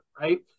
right